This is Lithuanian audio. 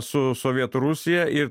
su sovietų rusija ir